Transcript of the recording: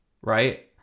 right